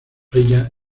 ella